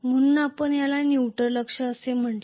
म्हणून आपण याला न्यूट्रॅल अक्ष असे म्हटले